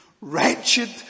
wretched